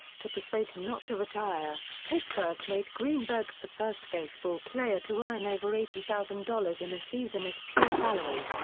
to persuade him not to retire, pittsburgh made greenberg the first baseball player to earn over eighty thousand dollars in a season as pure salary.